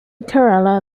kerala